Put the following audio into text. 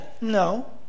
no